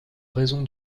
raison